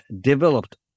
developed